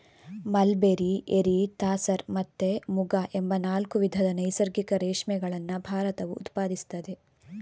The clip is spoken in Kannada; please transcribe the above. ಮಲ್ಬೆರಿ, ಎರಿ, ತಾಸರ್ ಮತ್ತೆ ಮುಗ ಎಂಬ ನಾಲ್ಕು ವಿಧದ ನೈಸರ್ಗಿಕ ರೇಷ್ಮೆಗಳನ್ನ ಭಾರತವು ಉತ್ಪಾದಿಸ್ತದೆ